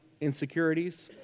insecurities